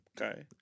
Okay